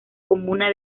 comuna